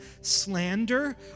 slander